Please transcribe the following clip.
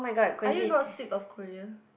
are you not sick of Korea